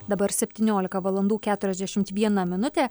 dabar septyniolika valandų keturiasdešimt viena minutė